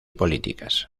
políticas